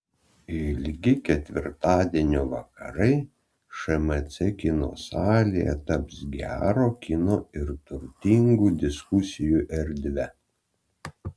ilgi ketvirtadienio vakarai šmc kino salėje taps gero kino ir turtingų diskusijų erdve